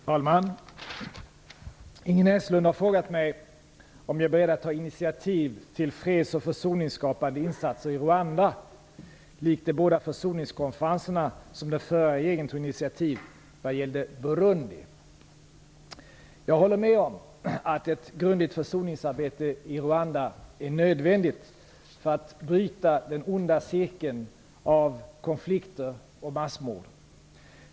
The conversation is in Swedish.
Fru talman! Ingrid Näslund har frågat mig om jag är beredd att ta initiativ till freds och försoningsskapande insatser i Rwanda, likt de båda försoningskonferenserna som den förra regeringen tog initiativ till vad gäller Burundi. Jag håller med om att ett grundligt försoningsarbete i Rwanda är nödvändigt för att bryta den onda cirkeln av konflikter och massmord.